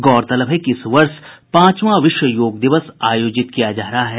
गौरतलब है कि इस वर्ष पांचवां विश्व योग दिवस आयोजित किया जा रहा है